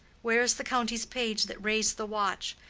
where is the county's page that rais'd the watch?